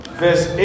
verse